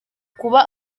kuba